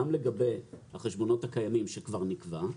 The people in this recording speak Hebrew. גם לגבי החשבונות הקיימים שכבר נקבע.